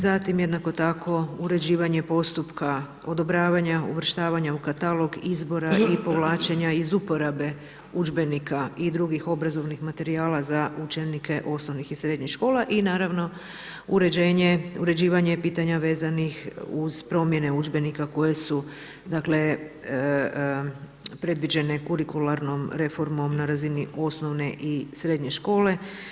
Zatim jednako tako uređivanja postupka odobravanja, uvrštavanja u katalog izbora i povlačenja iz uporabe udžbenika i drugih obrazovnih materijala za učenike osnovnih i srednjih škola i naravno uređivanje pitanja vezanih uz promjene udžbenika koje su dakle, predviđene kurikularnom reformom, na razini osnovne i srednje škole.